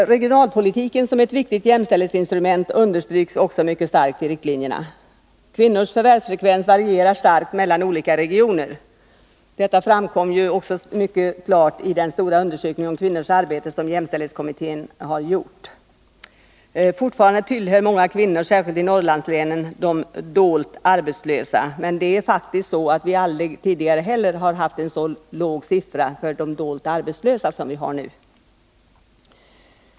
Regionalpolitiken som ett viktigt jämställdhetsinstrument understryks också mycket kraftigt i riktlinjerna. Kvinnors förvärvsfrekvens varierar starkt mellan olika regioner. Detta framkommer också mycket klart i den stora undersökning om kvinnors arbete som jämställdhetskommittén gjort. Fortfarande tillhör många kvinnor särskilt i Norrlandslänen de dolt arbetslösa. Men det är faktiskt så att vi aldrig tidigare haft så låga siffror för de dolt arbetslösa som vi har nu.